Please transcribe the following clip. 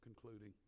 concluding